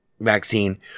vaccine